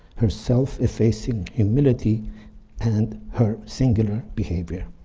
her self-effacing humility and her singular behavior.